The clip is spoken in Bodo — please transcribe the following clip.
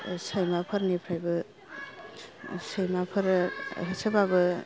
सैमाफोर निफ्रायबो सैमाफोर होसोबाबो